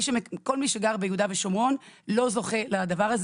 כל מי שגר ביהודה ושומרון לא זוכה לדבר הזה